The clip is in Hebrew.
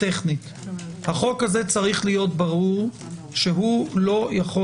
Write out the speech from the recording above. החוק הזה צריך להיות ברור שהוא לא יכול